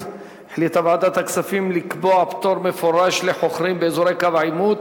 החליטה ועדת הכספים לקבוע פטור מפורש לחוכרים באזורי קו העימות,